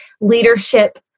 leadership